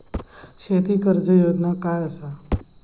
शेती कर्ज योजना काय असा?